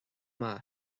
maith